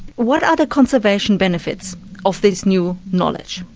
what are the conservation benefits of this new knowledge?